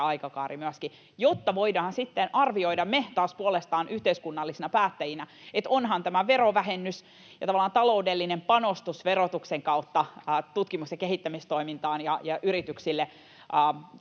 aikakaari myöskin, jotta voidaan sitten arvioida — me taas puolestaan yhteiskunnallisina päättäjinä — että ovathan tämä verovähennys ja tavallaan taloudellinen panostus, nämä kaikki panokset verotuksen kautta tutkimus- ja kehittämistoimintaan ja yrityksille,